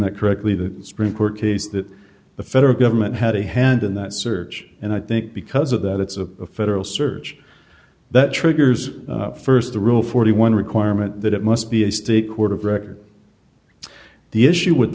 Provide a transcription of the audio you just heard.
that correctly the supreme court case that the federal government had a hand in that search and i think because of that it's a federal search that triggers st the rule forty one requirement that it must be a state court of record the issue with